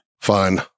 Fine